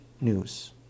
news